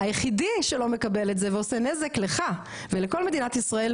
היחידי שלא מקבל את זה ועושה נזק לך ולכל מדינת ישראל,